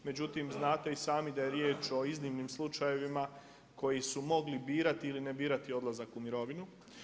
Međutim, znate i sami da je riječ o iznimnim slučajevima koji su mogli birati ili ne birati odlazak u mirovinu.